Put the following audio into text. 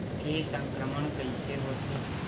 के संक्रमण कइसे होथे?